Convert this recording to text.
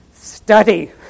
Study